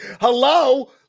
hello